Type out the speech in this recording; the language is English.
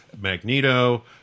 Magneto